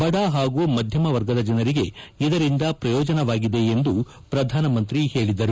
ಬದ ಹಾಗು ಮಧ್ಯಮ ವರ್ಗದ ಜನರಿಗೆ ಇದರಿಂದ ಪ್ರಯೋಜನವಾಗಿದೆ ಎಂದು ಪ್ರಧಾನಮಂತಿ ಹೇಳಿದರು